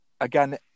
again